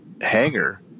hangar